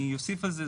ואוסיף על זה,